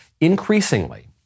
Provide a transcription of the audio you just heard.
Increasingly